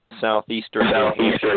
southeastern